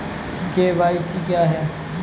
KYC क्या है?